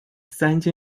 三尖杉